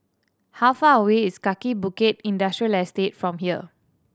how far away is Kaki Bukit Industrial Estate from here